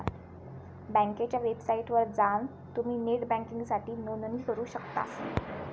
बँकेच्या वेबसाइटवर जवान तुम्ही नेट बँकिंगसाठी नोंदणी करू शकतास